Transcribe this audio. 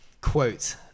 quote